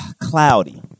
cloudy